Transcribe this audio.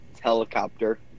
helicopter